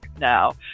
now